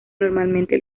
normalmente